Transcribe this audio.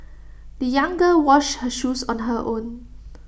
the young girl washed her shoes on her own